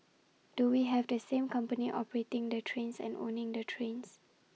do we have the same company operating the trains and owning the trains